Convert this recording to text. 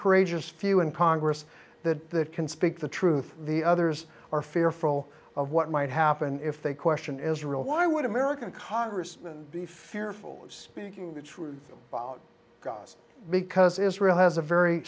courageous few in congress that can speak the truth the others are fearful of what might happen if they question israel why would american congressman be fearful of speaking the truth about god because israel has a very